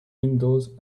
windows